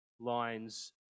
Lines